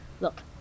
Look